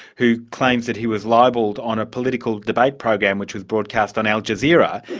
who claims that he was libelled on a political debate program which was broadcast on al-jazeera.